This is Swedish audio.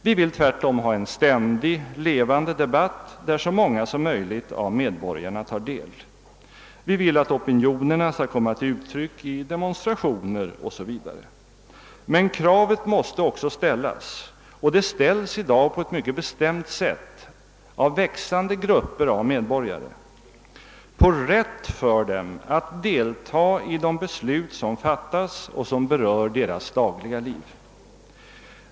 Vi vill tvärtom ha en ständig, levande debatt i vilken så många som möjligt av medborgarna tar del. Vi vill att opinionerna skall komma till uttryck i demonstrationer o. s. v. Men kravet måste också ställas — och det ställs i dag på ett mycket bestämt sätt av växande grupper av medborgare — på rätt för dem att delta i de beslut som fattas och som berör deras dagliga liv.